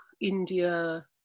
india